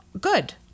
good